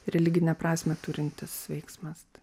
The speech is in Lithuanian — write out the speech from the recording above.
religinę prasmę turintis veiksmas